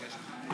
חבר הכנסת טל,